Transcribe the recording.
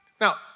Now